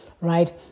right